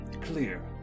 Clear